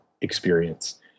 experience